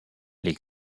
les